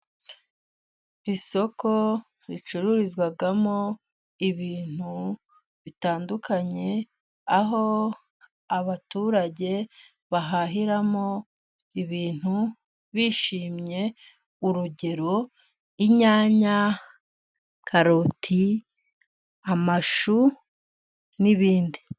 Isoko ricururizwamo ibintu bitandukanye. Aho abaturage bahahiramo ibintu bishimye. Urugero: inyanya, karoti ,amashu n'ibindi.